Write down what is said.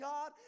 God